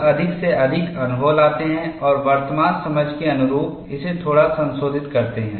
लोग अधिक से अधिक अनुभव लाते हैं और वर्तमान समझ के अनुरूप इसे थोड़ा संशोधित करते हैं